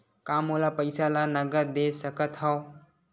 का मोला पईसा ला नगद दे सकत हव?